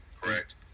correct